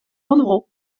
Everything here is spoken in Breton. rannvro